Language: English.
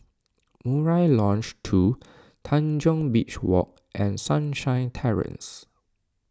Murai Lodge two Tanjong Beach Walk and Sunshine Terrace